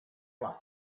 club